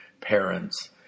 parents